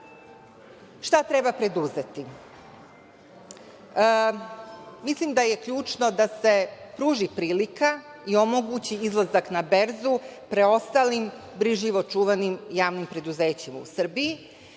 treba preduzeti? Mislim da je ključno da se pruži prilika i omogući izlazak na berzu preostalim, brižljivo čuvanim, javnim preduzećima u Srbiji.